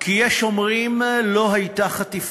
כי יש אומרים: לא הייתה חטיפה,